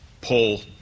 pull